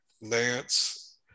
Nance